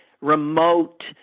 remote